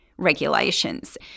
Regulations